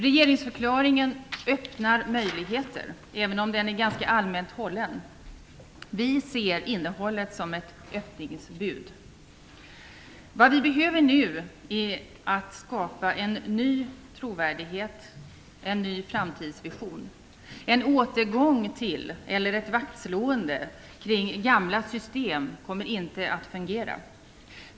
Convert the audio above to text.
Regeringsförklaringen öppnar möjligheter, även om den är ganska allmänt hållen. Vi ser innehållet som ett öppningsbud. Nu behöver vi skapa en ny trovärdighet och en ny framtidsvision. En återgång till eller ett vaktslående kring gamla system kommer inte att fungera.